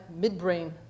midbrain